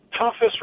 toughest